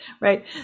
right